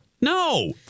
No